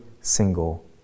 single